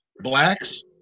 blacks